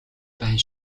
байна